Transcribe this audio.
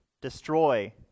destroy